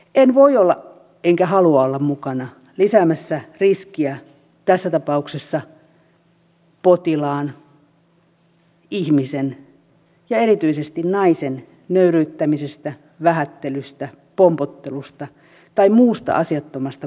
en voi olla enkä halua olla mukana lisäämässä riskiä tässä tapauksessa potilaan ihmisen ja erityisesti naisen nöyryyttämisestä vähättelystä pompottelusta tai muusta asiattomasta kohtelusta